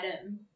item